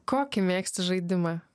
kokį mėgsti žaidimą